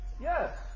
Yes